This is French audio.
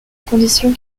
condition